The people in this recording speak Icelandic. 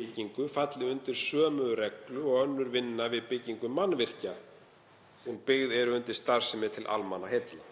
byggingu falli undir sömu reglu og önnur vinna við byggingu mannvirkja sem byggð er undir starfsemi til almannaheilla.